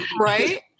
Right